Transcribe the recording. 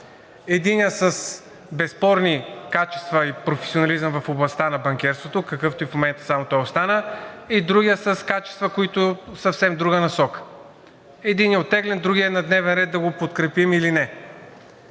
единият с безспорни качества и професионализъм в областта на банкерството, какъвто в момента само той остана, и другият с качества, които са в съвсем друга насока. Единият оттеглен, другият е на дневен ред да го подкрепим или не.